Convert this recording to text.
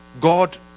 God